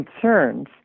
concerns